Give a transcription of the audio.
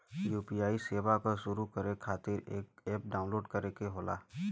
UPI सेवा क शुरू करे खातिर एकर अप्प डाउनलोड करे क होला